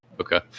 Okay